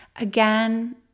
again